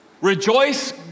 Rejoice